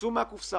תצאו מהקופסא.